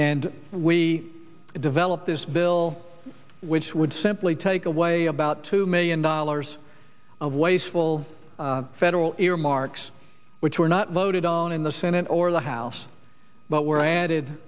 and we developed this bill which would simply take away about two million dollars of wasteful federal earmarks which were not voted on in the senate or the house but were